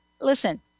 Listen